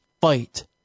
fight